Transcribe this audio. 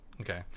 okay